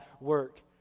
work